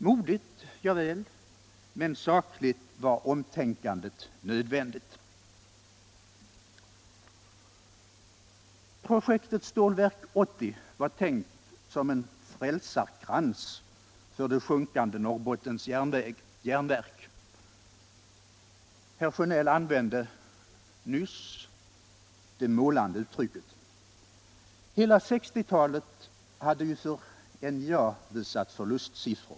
Modigt — javäl, men sakligt var omtänkandet nödvändigt. Projektet Stålverk 80 var tänkt som en frälsarkrans för det sjunkande Norrbottens Järnverk. Herr Sjönell använde nyss det målande uttrycket. Hela 1960-talet hade för NJA visat förlustsiffror.